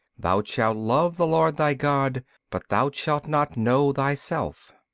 thou shalt love the lord thy god but thou shalt not know thyself.